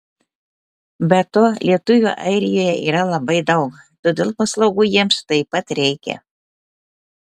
be to lietuvių airijoje yra labai daug todėl paslaugų jiems taip pat reikia